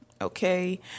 Okay